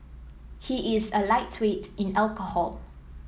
he is a lightweight in alcohol